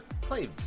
play